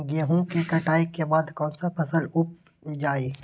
गेंहू के कटाई के बाद कौन सा फसल उप जाए?